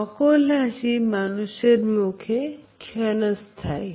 নকল হাসি মানুষের মুখে ক্ষণস্থায়ী